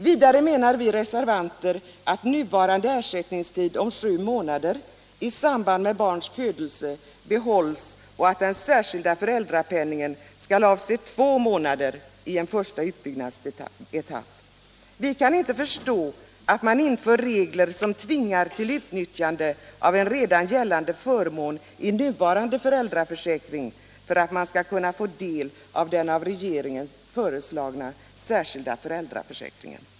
Vidare menar vi reservanter att nuvarande ersättningstid om sju månader i samband med barns födelse bör behållas och att den särskilda föräldrapenningen skall avse två månader i en första utbyggnadsetapp. Vi kan inte förstå att det införs regler som tvingar till utnyttjande av en redan gällande förmån i nuvarande föräldraförsäkring för att man skall kunna få del av den av regeringen föreslagna särskilda föräldrapenningen.